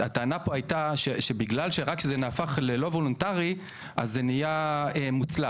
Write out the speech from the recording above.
הטענה פה הייתה שבגלל שרק כשזה נהפך ללא וולונטרי אז זה נהיה מוצלח.